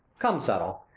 come, subtle,